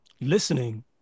listening